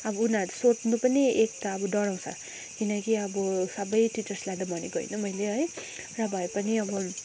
अब उनीहरूले सोध्नु पनि एक त अब डराउँछ किनकि अब सबै टिचर्सलाई त भनेको होइन मैले है र भए पनि अब